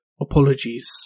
apologies